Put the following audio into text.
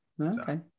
Okay